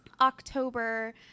October